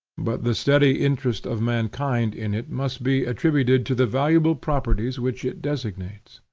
but the steady interest of mankind in it must be attributed to the valuable properties which it designates.